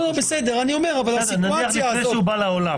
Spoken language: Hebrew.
בסדר, נניח לפני שהוא בא לעולם.